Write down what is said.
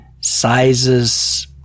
sizes